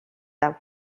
that